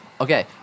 Okay